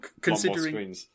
considering